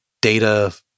data